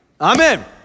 Amen